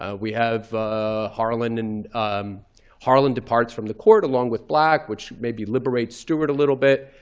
ah we have harland, and harland departs from the court along with black, which maybe liberates stewart a little bit.